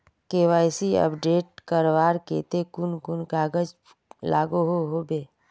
KYC update करवार केते कुन कुन कागज लागोहो होबे?